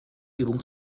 übung